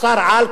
שר אוצר על,